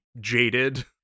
jaded